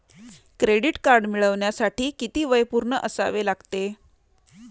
Credit card मिळवण्यासाठी किती वय पूर्ण असावे लागते?